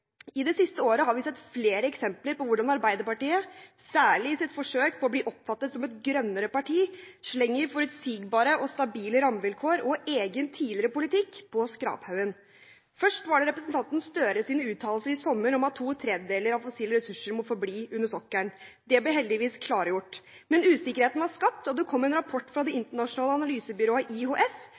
I det siste året har vi sett flere eksempler på hvordan Arbeiderpartiet, særlig i sitt forsøk på å bli oppfattet som et grønnere parti, slenger forutsigbare og stabile rammevilkår og egen tidligere politikk på skraphaugen. Først var det representanten Gahr Støres uttalelser i sommer om at to tredjedeler av fossile ressurser må forbli under sokkelen. Det ble heldigvis klargjort. Men usikkerheten var skapt, og det kom en rapport fra det internasjonale analysebyrået IHS